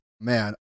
Man